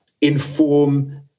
inform